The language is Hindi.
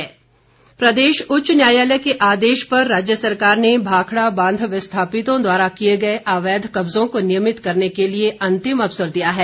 भाखड़ा बांध प्रदेश उच्च न्यायालय के आदेश पर राज्य सरकार ने भाखड़ा बांध विस्थापितों द्वारा किए गए अवैध कब्जों को नियमित करने के लिए अंतिम अवसर दिया है